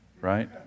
right